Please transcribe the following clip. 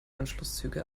anschlusszüge